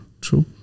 True